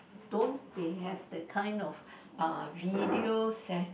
don't they have the kind of uh video se~